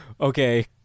Okay